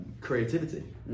Creativity